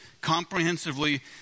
comprehensively